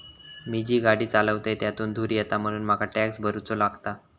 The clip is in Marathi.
मी जी गाडी चालवतय त्यातुन धुर येता म्हणून मका टॅक्स भरुचो लागता